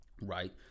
Right